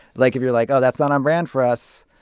like, if you're like, oh, that's not on-brand for us,